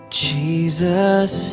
jesus